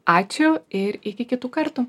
ačiū ir iki kitų kartų